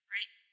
Right